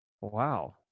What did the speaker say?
wow